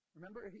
Remember